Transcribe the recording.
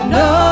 no